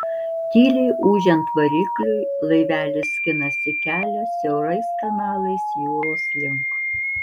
tyliai ūžiant varikliui laivelis skinasi kelią siaurais kanalais jūros link